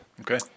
Okay